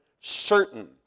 certain